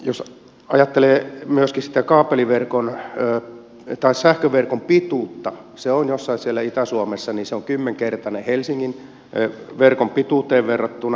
jos ajattelee myöskin sitä sähköverkon pituutta niin se on jossain siellä itä suomessa kymmenkertainen helsingin verkon pituuteen verrattuna